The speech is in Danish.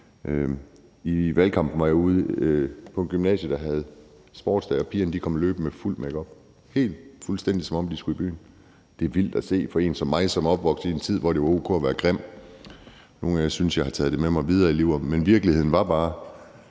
I valgkampen var jeg ude på et gymnasie, der havde sportsdag, og pigerne kom løbende med fuld makeup, fuldstændig som om de skulle i byen. Det er vildt at se for en som mig, som er opvokset i en tid, hvor det var o.k. at være grim. Nogle af jer synes, jeg har taget det med mig videre i livet. Men virkeligheden var bare,